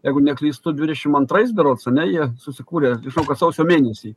jeigu neklystu dvidešim antrais berods ane jie susikūrė iššoko sausio mėnesį